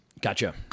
Gotcha